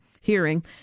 hearing